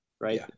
right